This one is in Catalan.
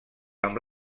amb